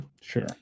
sure